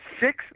Six